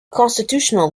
constitutional